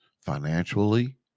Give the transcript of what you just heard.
financially